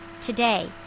Today